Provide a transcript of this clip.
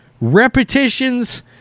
repetitions